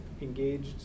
engaged